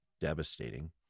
devastating